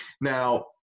Now